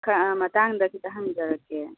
ꯈꯔ ꯃꯇꯥꯡꯗ ꯈꯤꯠꯇ ꯍꯪꯖꯔꯛꯀꯦ